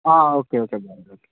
okay okay brother